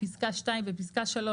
(2)בפסקה (3),